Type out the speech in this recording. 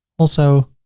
also,